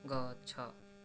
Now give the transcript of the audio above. ଗଛ